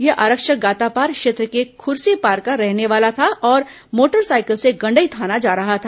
यह आरक्षक गातापार क्षेत्र के कुर्सीपार का रहने वाला था और मोटर सायकल से गंडई थाना जा रहा था